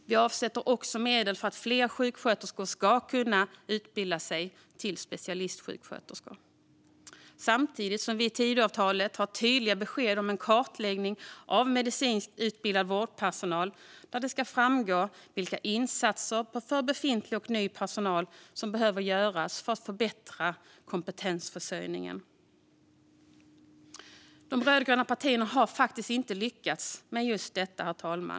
Vi avsätter också medel för att fler sjuksköterskor ska kunna utbilda sig till specialistsjuksköterskor. Samtidigt ger vi i Tidöavtalet tydliga besked om en kartläggning av medicinskt utbildad vårdpersonal, där det ska framgå vilka insatser för befintlig och ny personal som behöver göras för att förbättra kompetensförsörjningen. De rödgröna partierna har faktiskt inte lyckats med just detta, herr talman.